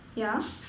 yeah